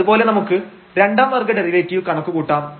അതുപോലെ നമുക്ക് രണ്ടാം വർഗ്ഗ ഡെറിവേറ്റീവ് കണക്കുകൂട്ടാം